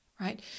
Right